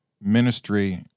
ministry